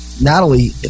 natalie